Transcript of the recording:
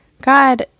God